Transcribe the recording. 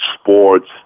sports